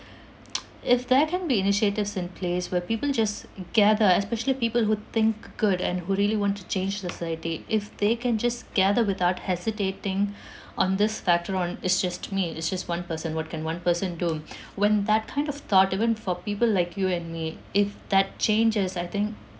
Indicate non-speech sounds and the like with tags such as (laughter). (noise) if there can be initiatives in place where people just gather especially people who think good and who really want to change society if they can just gather without hesitating on this factor on it's just me it's just one person what can one person do when that kind of thought even for people like you and me if that changes I think